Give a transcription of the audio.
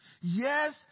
Yes